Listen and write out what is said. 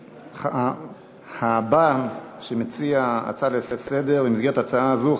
הבא שמציע הצעה לסדר-היום במסגרת זו,